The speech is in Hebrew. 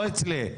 לא אצלי.